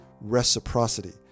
reciprocity